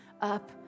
up